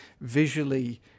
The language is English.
visually